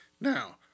Now